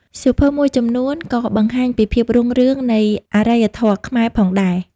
សៀវភៅមួយចំនួនក៏បង្ហាញពីភាពរុងរឿងនៃ អរិយធម៌ខ្មែរ ផងដែរ។